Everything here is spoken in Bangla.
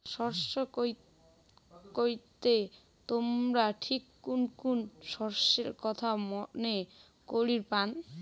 শস্য কইতে তোমরা ঠিক কুন কুন শস্যের কথা মনে করির পান?